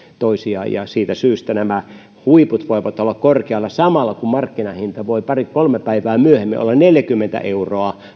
toisiaan siitä syystä nämä huiput voivat olla korkealla samalla kun markkinahinta voi pari kolme päivää myöhemmin olla neljäkymmentä euroa